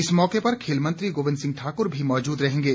इस मौके पर खेल मंत्री गोविंद सिंह ठाकुर भी मौजूद रहेंगे